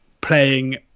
playing